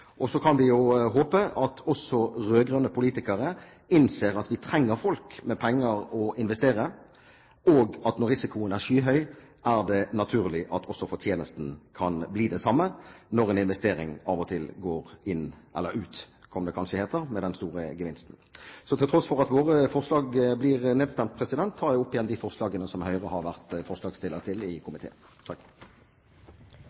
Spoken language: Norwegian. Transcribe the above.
Så kan vi jo håpe at også rød-grønne politikere innser at vi trenger folk med penger å investere, og at når risikoen er skyhøy, er det naturlig at også fortjenesten kan bli den samme når en investering av og til går inn, eller ut, som det kanskje heter, med den store gevinsten. Først ein takk til forslagsstillarane som har teke opp ei veldig viktig sak. Det er fleire som har vore innom ulike evalueringar av innovasjonen i